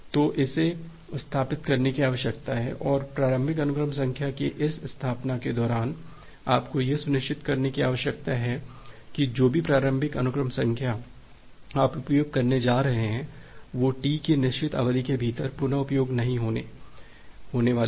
तो इसे स्थापित करने की आवश्यकता है और प्रारंभिक अनुक्रम संख्या की इस स्थापना के दौरान आपको यह सुनिश्चित करने की आवश्यकता है कि जो भी प्रारंभिक अनुक्रम संख्या आप उपयोग करने जा रहे हैं वह टी की निश्चित अवधि के भीतर पुन उपयोग नहीं होने होगी